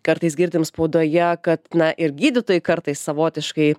kartais girdim spaudoje kad na ir gydytojai kartais savotiškai